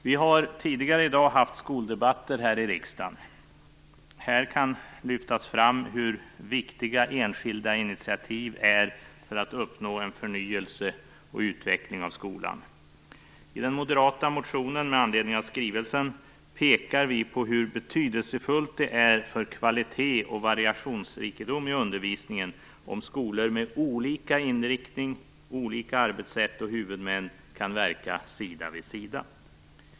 Vi har tidigare i dag haft skoldebatter här i riksdagen. Här kan lyftas fram hur viktiga enskilda initiativ är för att uppnå en förnyelse och utveckling av skolan. I den moderata motionen med anledning av skrivelsen pekar vi på hur betydelsefullt det är för kvalitet och variationsrikedom i undervisningen om skolor med olika inriktning, arbetssätt och huvudmän kan verka sida vid sida.